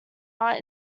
art